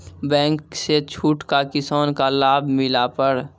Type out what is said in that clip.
Bank से छूट का किसान का लाभ मिला पर?